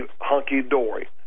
hunky-dory